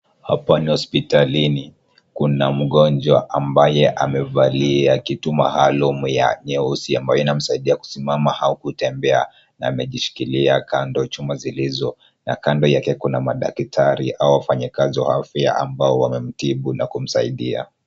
Hapa ni hospitalini. Kuna mgonjwa ambaye amevalia kitu maalum ya nyeusi ambayo inamsaidia kusimama au kutembea na amejishikilia kando chuma zilizo na kando yake kuna madaktari au wafanyakazi wa afya ambao wamemtibu na kumsaidia.